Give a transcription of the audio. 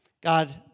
God